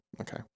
Okay